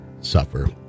suffer